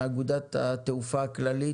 מאגודת התעופה הכללית.